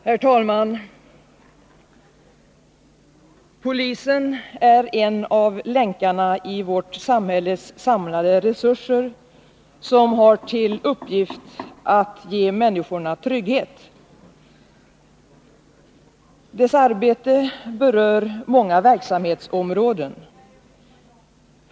Herr talman! Polisen är en av länkarna i vårt samhälles samlade resurser, som har till uppgift att ge människorna trygghet. Dess arbete berör många verksamhetsområden.